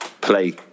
play